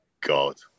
God